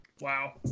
Wow